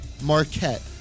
Marquette